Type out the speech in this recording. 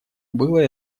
было